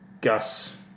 Gus